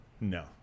No